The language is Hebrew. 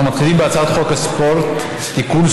אנחנו מתחילים בהצעת חוק הספורט (תיקון,